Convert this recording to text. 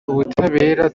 ubutabera